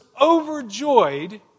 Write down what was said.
overjoyed